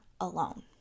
alone